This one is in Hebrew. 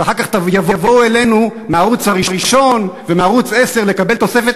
ואחר כך יבואו אלינו מהערוץ הראשון ומערוץ 10 לקבל תוספת,